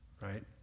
Right